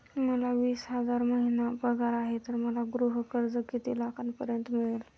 मला वीस हजार महिना पगार आहे तर मला गृह कर्ज किती लाखांपर्यंत मिळेल?